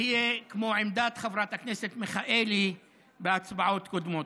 עמדת חברת הכנסת מיכאלי בהצבעות קודמות.